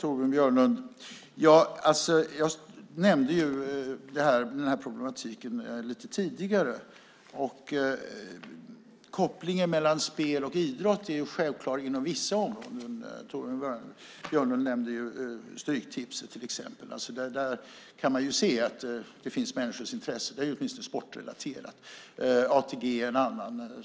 Fru talman! Jag nämnde den här problematiken lite tidigare. Kopplingen mellan spel och idrott är självklar inom vissa områden. Torbjörn Björlund nämnde Stryktipset. Där kan man se att där finns människors intresse. Det är åtminstone sportrelaterat. ATG är en annan.